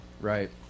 right